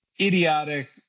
idiotic